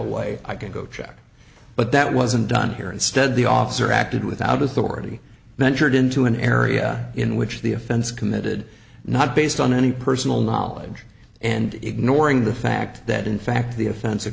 away i can go check but that wasn't done here instead the officer acted without authority ventured into an area in which the offense committed not based on any personal knowledge and ignoring the fact that in fact the offens